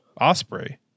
Osprey